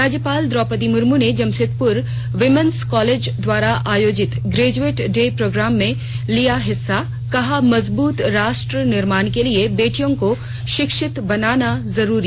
राज्यपाल द्रौपदी मुर्मू ने Jamshedpur women's college द्वारा आयोजित ग्रेजुऐट डे प्रोग्राम में लिया हिस्सा कहा मजबूत राष्ट्र निर्माण के लिए बेटियों को शिक्षित बनाना जरूरी